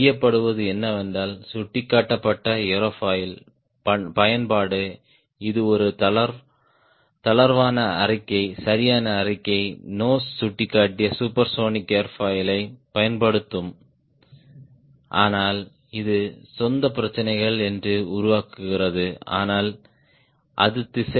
செய்யப்படுவது என்னவென்றால் சுட்டிக்காட்டப்பட்ட ஏரோஃபாயில் பயன்பாடு இது ஒரு தளர்வான அறிக்கை சரியான அறிக்கை நோஸ் சுட்டிக்காட்டிய சூப்பர்சோனிக் ஏரோஃபாயிலைப் பயன்படுத்தும் ஆனால் இது சொந்த பிரச்சினைகள் என்று உருவாக்குகிறது ஆனால் அது திசை